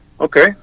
Okay